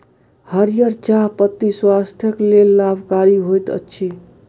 हरीयर चाह पत्ती स्वास्थ्यक लेल लाभकारी होइत अछि